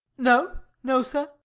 no, no sir.